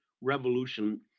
revolution